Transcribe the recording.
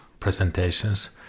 presentations